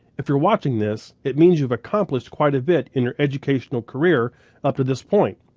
if you're watching this, it means you've accomplished quite a bit in your educational career up to this point.